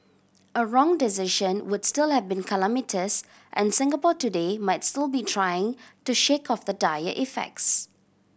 a wrong decision would still have been calamitous and Singapore today might still be trying to shake off the dire effects